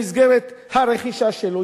במסגרת הרכישה שלו,